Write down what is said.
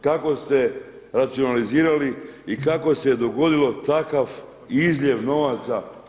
Kako ste racionalizirali i kako se dogodio takav izljev novaca?